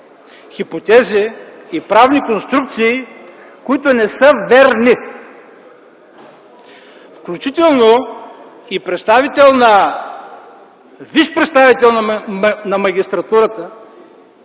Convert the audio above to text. хипотези и правни конструкции, които не са верни! Включително и висш представител на магистратурата,